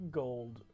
gold